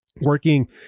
working